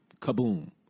kaboom